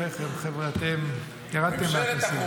בחייכם, חבר'ה, אתם ירדתם מהפסים.